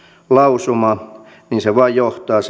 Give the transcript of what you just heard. lausuma niin se johtaa